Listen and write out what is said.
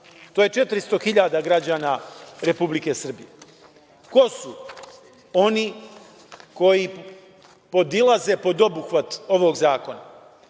To je 400 hiljada građana Republike Srbije. Ko su oni koji podilaze pod obuhvat ovog zakona?